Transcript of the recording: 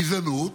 גזענות,